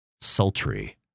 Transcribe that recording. sultry